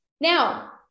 Now